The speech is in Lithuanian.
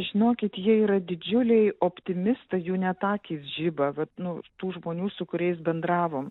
žinokit jie yra didžiuliai optimistai jų net akys žiba vat nu tų žmonių su kuriais bendravom